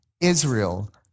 Israel